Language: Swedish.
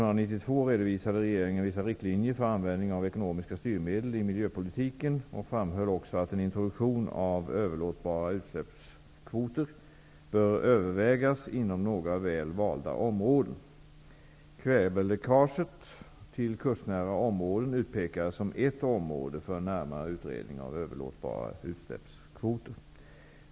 redovisade regeringen vissa riktlinjer för användning av ekonomiska styrmedel i miljöpolitiken och framhöll också att en introduktion av överlåtbara utsläppskvoter bör övervägas inom några väl valda områden. Kväveläckaget till kustnära områden utpekades som ett område för en närmare utredning av överlåtbara utsläppskvoter.